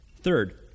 Third